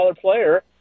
player